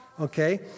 okay